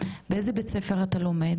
באיזה בית ספר אתה לומד?